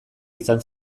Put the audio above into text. izan